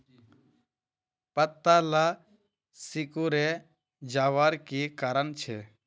पत्ताला सिकुरे जवार की कारण छे?